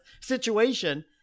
situation